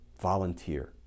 Volunteer